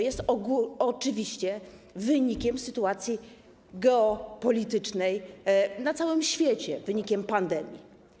Jest to oczywiście wynikiem sytuacji geopolitycznej na całym świecie, wynikiem pandemii.